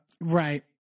Right